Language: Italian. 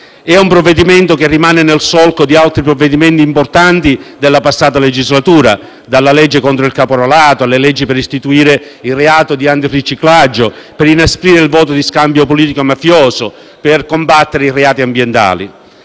È un provvedimento che si colloca nel solco di altri provvedimenti importanti della passata legislatura: dalla legge contro il caporalato, alle leggi per istituire il reato di antiriciclaggio, per inasprire il voto di scambio politico-mafioso, per combattere i reati ambientali.